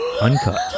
Uncut